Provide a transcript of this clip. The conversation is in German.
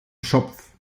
schopf